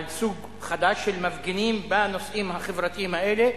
על סוג חדש של מפגינים בנושאים החברתיים האלה,